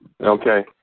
Okay